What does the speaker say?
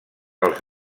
als